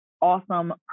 awesome